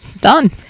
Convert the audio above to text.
Done